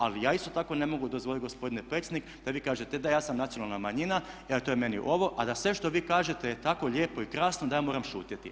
Ali ja isto tako ne mogu dozvoliti gospodine Pecnik da vi kažete da ja sam nacionalna manjina, to je meni ovo, a da sve što vi kažete je tako lijepo i krasno da ja moram šutjeti.